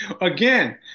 again